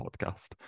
podcast